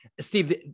Steve